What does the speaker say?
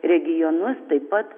regionus taip pat